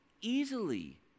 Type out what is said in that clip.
easily